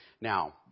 Now